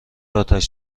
آتش